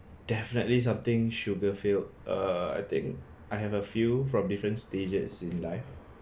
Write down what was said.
definitely something sugar filled err I think I have a few from different stages in life